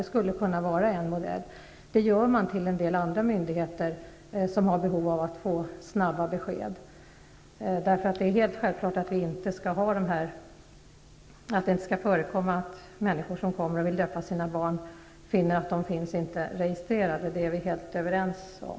Det skulle kunna vara en modell. Så gör man när det gäller en del andra myndigheter som har behov av att få snabba besked. Det är helt självklart att det inte skall förekomma att människor som vill döpa sina barn finner att barnen inte är registrerade. Det är vi helt överens om.